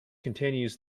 continues